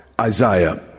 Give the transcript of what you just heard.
Isaiah